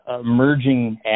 emerging